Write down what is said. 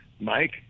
Mike